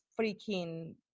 freaking